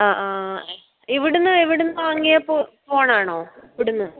അ ആ ഇവിടുന്ന് ഇവിടുന്ന് വാങ്ങിയ ഫോ ഫോണാണോ ഇവിടുന്ന്